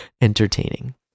Entertaining